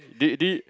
did it did it